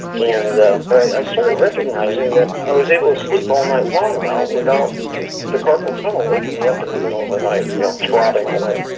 and i started recognizing that i was able to sleep all night long now without the carpal tunnel waking me up in the middle of the night, you know throbbing away.